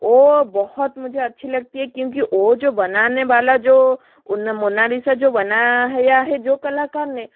वह बहुत मुझे अच्छी लगती है क्योंकि वह जो बनाने वाला जो वह न मोनालिसा जो बनाया हुआ है जो कलाकार ने